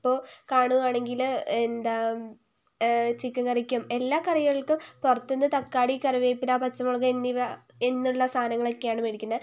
ഇപ്പോൾ കാണുകയാണെങ്കിൽ എന്താ ചിക്കൻ കറിക്കും എല്ലാ കറികൾക്കും പുറത്ത് നിന്ന് തക്കാളി കറിവേപ്പില പച്ചമുളക് എന്നിവ എന്നുള്ള സാധനങ്ങളൊക്കെയാണ് മേടിക്കുന്നത്